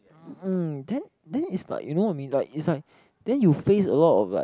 mm then then is like you know I mean like is like then you face a lot of like